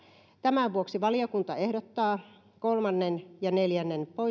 tämän vuoksi valiokunta ehdottaa kolmannen ja neljännen